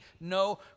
no